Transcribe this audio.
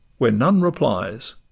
where none replies